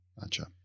Gotcha